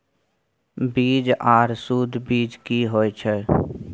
बीज आर सुध बीज की होय छै?